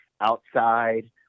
outside